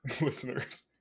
listeners